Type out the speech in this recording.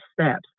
steps